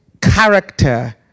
character